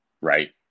right